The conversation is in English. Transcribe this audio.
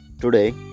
today